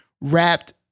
wrapped